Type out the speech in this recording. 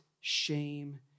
shame